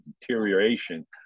deterioration